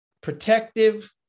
protective